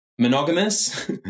monogamous